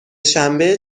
شنبه